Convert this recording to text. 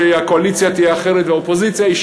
כשהקואליציה והאופוזיציה יהיו אחרות,